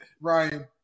Ryan